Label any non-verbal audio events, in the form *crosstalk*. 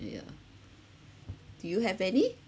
yeah *noise* yeah do you have any